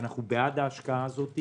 ואנחנו בעד ההשקעה הזאת.